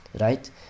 right